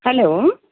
hello